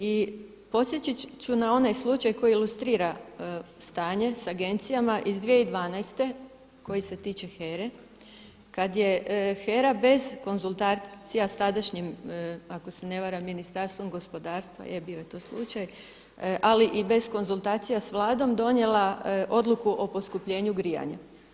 I podsjetit ću na onaj slučaj koji ilustrira stanje sa agencijama iz 2012. koji se tiče HERA-e kada je HERA bez konzultacija sa tadašnjim ako se ne varam Ministarstvom gospodarstva, je bio je to slučaj, ali i bez konzultacija sa Vladom donijela odluku o poskupljenju grijanja.